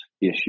issue